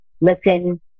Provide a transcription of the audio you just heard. listen